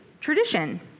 tradition